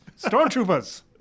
Stormtroopers